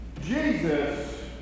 Jesus